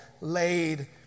laid